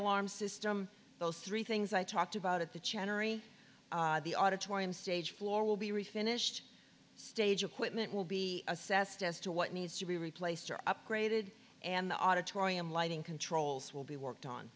alarm system those three things i talked about at the chattering the auditorium stage floor will be refinished stage equipment will be assessed as to what needs to be replaced or upgraded and the auditorium lighting controls will be worked on